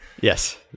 Yes